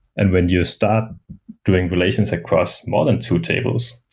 and when you start doing relations across more than two tables,